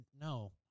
no